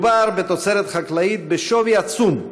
מדובר בתוצרת חקלאית בשווי עצום,